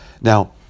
Now